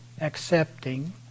accepting